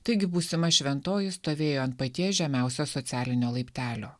taigi būsima šventoji stovėjo ant paties žemiausio socialinio laiptelio